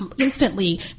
instantly